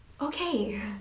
Okay